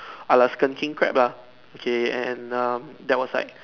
Alaskan king crab lah okay and um that was like